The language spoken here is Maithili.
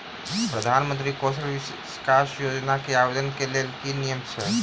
प्रधानमंत्री कौशल विकास योजना केँ आवेदन केँ लेल की नियम अछि?